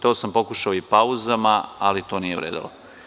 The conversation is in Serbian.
To sam pokušao i pauzama, ali to nije vredelo.